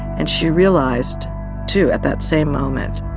and she realized too, at that same moment,